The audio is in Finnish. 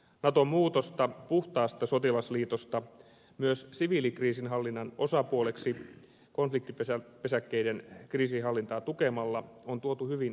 naton muutosta puhtaasta sotilasliitosta myös siviilikriisinhallinnan osapuoleksi konfliktipesäkkeiden kriisinhallintaa tukemalla on tuotu hyvin esiin